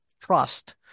trust